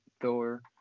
thor